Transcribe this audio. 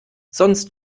sonst